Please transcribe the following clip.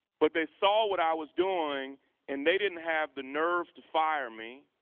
but they saw what i was doing and they didn't have the nerve to fire me.